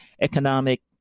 economic